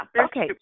Okay